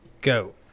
go